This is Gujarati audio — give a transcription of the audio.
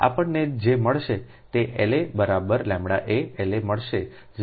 તેથી આપણને જે મળશે તે L a બરાબરλa Ia મળશે 0